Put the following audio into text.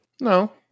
no